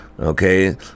Okay